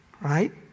right